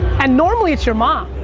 and normally, it's your mom.